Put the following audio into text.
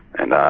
and